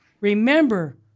Remember